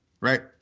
right